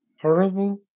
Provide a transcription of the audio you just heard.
horrible